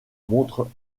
montrent